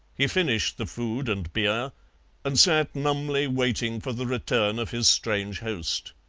he finished the food and beer and sat numbly waiting for the return of his strange host.